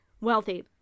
wealthy